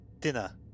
dinner